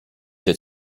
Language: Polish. się